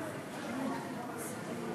7),